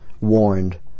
warned